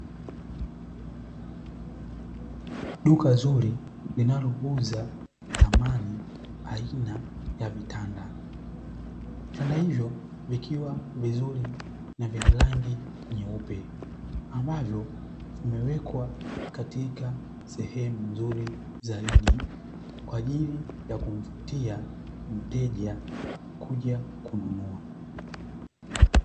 Duka zuri linalouza samani aina ya vitanda, vitanda hivyo vikiwa vizuri na vyenye rangi nyeupe, ambavyo vimeweka katika sehemu nzuri zaidi, kwa ajili ya kumvutia mteja kuja kununua.